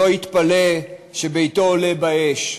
שלא יתפלא שביתו עולה באש.